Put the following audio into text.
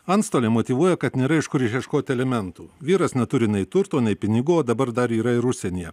antstoliai motyvuoja kad nėra iš kur išieškoti alimentų vyras neturi nei turto nei pinigų o dabar dar yra ir užsienyje